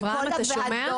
אברהם, אתה שומע?